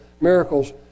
miracles